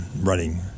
running